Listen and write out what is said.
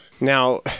Now